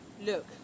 Look